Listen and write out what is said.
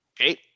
okay